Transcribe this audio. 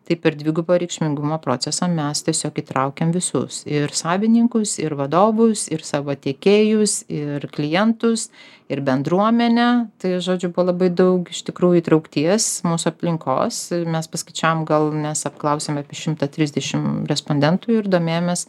tai per dvigubo reikšmingumo procesą mes tiesiog įtraukėm visus ir savininkus ir vadovus ir savo tiekėjus ir klientus ir bendruomenę tai žodžiu buvo labai daug iš tikrųjų įtraukties mūsų aplinkos mes paskaičiavom gal mes apklausėm apie šimtą trisdešim respondentų ir domėjomės